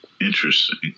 Interesting